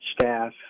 staff